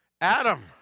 Adam